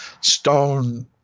stone